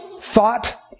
thought